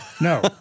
No